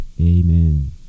Amen